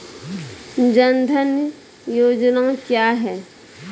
जन धन योजना क्या है?